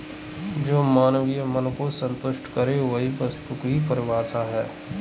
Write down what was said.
जो मानवीय मन को सन्तुष्ट करे वही वस्तु की परिभाषा है